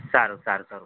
સારું સારું સારું